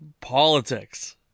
politics